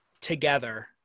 together